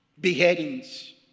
Beheadings